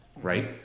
Right